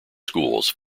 schools